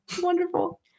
Wonderful